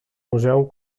museu